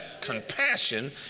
compassion